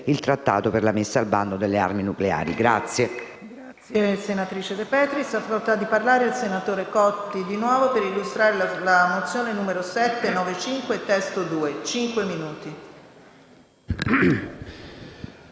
il Trattato per la messa al bando delle armi nucleari.